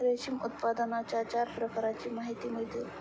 रेशीम उत्पादनाच्या चार प्रकारांची माहिती मिळते